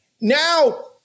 Now